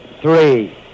three